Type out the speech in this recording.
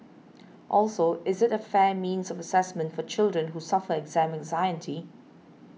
also is it a fair means of assessment for children who suffer exam anxiety